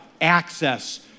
access